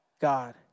God